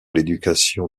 l’éducation